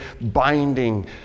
binding